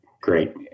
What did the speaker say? Great